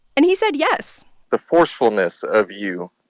and he said yes the forcefulness of you,